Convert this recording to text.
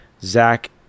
Zach